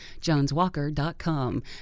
joneswalker.com